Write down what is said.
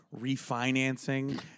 refinancing